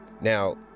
now